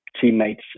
teammates